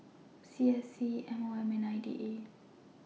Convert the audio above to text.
C S C M O M and I D A